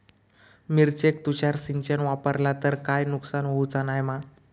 मिरचेक तुषार सिंचन वापरला तर काय नुकसान होऊचा नाय मा?